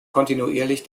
kontinuierlich